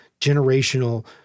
generational